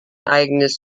eigenes